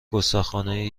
گستاخانهی